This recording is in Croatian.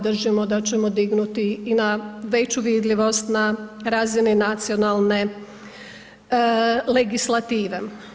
Držimo da ćemo dignuti na veći vidljivost na razini nacionalne legislative.